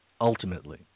ultimately